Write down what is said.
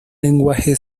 lenguaje